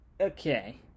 okay